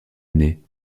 année